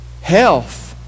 Health